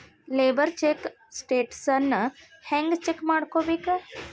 Labour check ಸ್ಟೆಟಸನ್ನ ಹೆಂಗ್ check ಮಾಡ್ಕೊಬೇಕ್?